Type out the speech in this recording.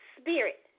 spirit